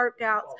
workouts